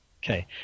Okay